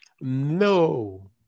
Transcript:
No